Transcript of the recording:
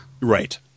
Right